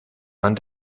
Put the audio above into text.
man